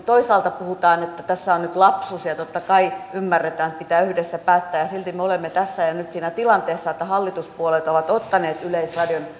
toisaalta puhutaan että tässä on nyt lapsus ja totta kai ymmärretään että pitää yhdessä päättää ja silti me olemme tässä ja nyt siinä tilanteessa että hallituspuolueet ovat ottaneet yleisradion